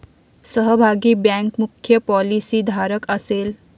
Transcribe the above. सहभागी बँक मुख्य पॉलिसीधारक असेल